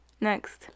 Next